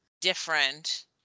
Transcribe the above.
different